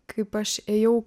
kaip aš ėjau